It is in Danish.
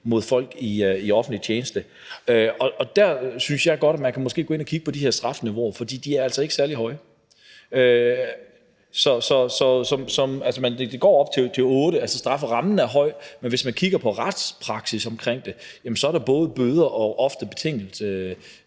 mod folk i offentlig tjeneste. Der synes jeg godt, at man måske kan gå ind og kigge på strafniveauet, for det er altså ikke særlig højt. Strafferammen er høj, den er op til 8 års fængsel, men hvis man kigger på retspraksis om det, er der både bøder og ofte betingede